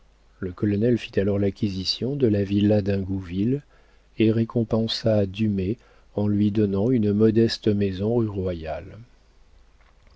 le colonel fit alors l'acquisition de la villa d'ingouville et récompensa dumay en lui donnant une modeste maison rue royale